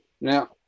now